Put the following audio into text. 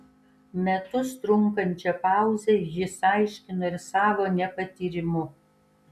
metus trunkančią pauzę jis aiškino ir savo nepatyrimu